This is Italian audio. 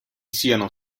siano